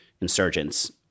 insurgents